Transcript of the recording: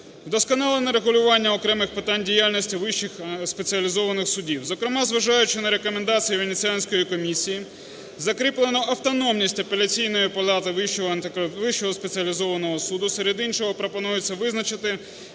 вдосконалено врегулювання окремих питань діяльності вищих спеціалізованих судів, зокрема, зважаючи на рекомендації Венеціанської комісії, закріплено автономність Апеляційної палати Вищого спеціалізованого суду. Серед іншого пропонується визначити,